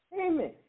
Amen